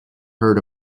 heard